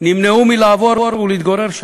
נמנעו מלעבור ולהתגורר בהם,